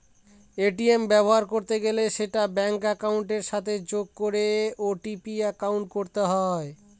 ATM ব্যবহার করতে গেলে সেটা ব্যাঙ্ক একাউন্টের সাথে যোগ করে ও.টি.পি এন্টার করতে হয়